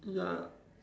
ya